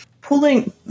pulling